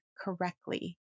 correctly